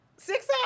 Six